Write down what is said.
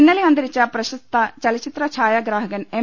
ഇന്നലെ അന്തരിച്ച പ്രശസ്ത ചലച്ചിത്ര ഛായാഗ്രാഹകൻ എം